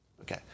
Okay